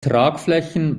tragflächen